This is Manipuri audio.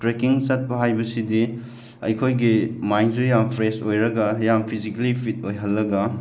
ꯇ꯭ꯔꯦꯀꯤꯡ ꯆꯠꯄ ꯍꯥꯏꯕꯁꯤꯗꯤ ꯑꯩꯈꯣꯏꯒꯤ ꯃꯥꯏꯟꯁꯨ ꯌꯥꯝ ꯐ꯭ꯔꯦꯁ ꯑꯣꯏꯔꯒ ꯌꯥꯝ ꯐꯤꯖꯤꯀꯦꯜꯂꯤ ꯐꯤꯠ ꯑꯣꯏꯍꯜꯂꯒ